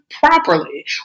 properly